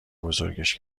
بزرگش